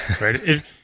right